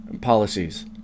policies